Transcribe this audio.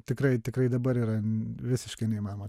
tikrai tikrai dabar yra visiškai neįmanoma